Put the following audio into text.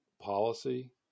policy